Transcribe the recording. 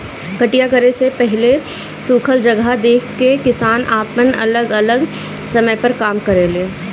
कटिया करे से पहिले सुखल जगह देख के किसान आपन अलग अलग समय पर काम करेले